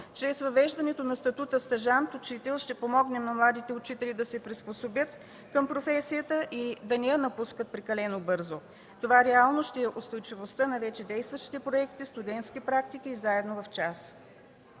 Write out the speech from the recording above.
Чрез въвеждането на статута „стажант-учител” ще помогнем на младите учители да се приспособят към професията и да не я напускат прекалено бързо. Това реално ще е устойчивостта на вече действащите проекти и студентски практики „Заедно в час”.